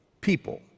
people